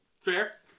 Fair